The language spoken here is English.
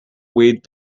weed